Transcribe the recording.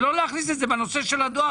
ולא להכניס את זה בנושא של הדואר,